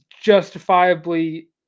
justifiably